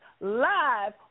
live